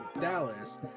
Dallas